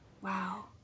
Wow